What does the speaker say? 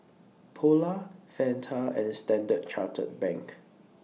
Polar Fanta and Standard Chartered Bank